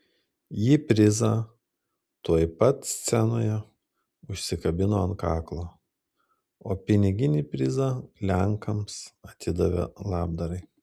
ji prizą tuoj pat scenoje užsikabino ant kaklo o piniginį prizą lenkams atidavė labdarai